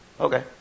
Okay